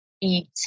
eat